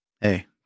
Hey